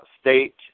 state